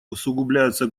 усугубляются